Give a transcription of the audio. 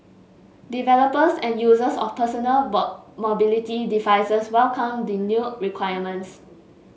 developers and users of personal mobility devices welcomed the new requirements